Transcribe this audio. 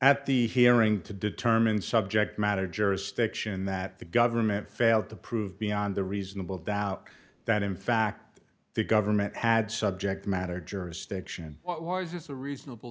at the hearing to determine subject matter jurisdiction that the government failed to prove beyond a reasonable doubt that in fact the government had subject matter jurisdiction was this a reasonable